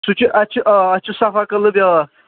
سُہ چھُ اَسہِ چھُ آ اَسہِ چھُ صفا قٔدلہٕ بیٛاکھ